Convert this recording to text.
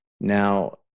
Now